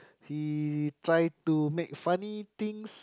he try to make funny things